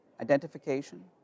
identification